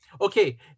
okay